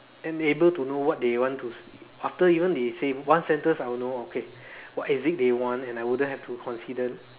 and able to know what they want to s~ after even they say one sentence I will know okay what is it they want then I wouldn't have to consider